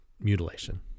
Mutilation